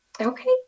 Okay